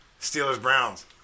Steelers-Browns